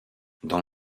dans